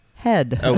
head